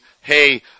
hey